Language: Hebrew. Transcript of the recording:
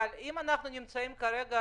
אבל אם אנחנו נמצאים כרגע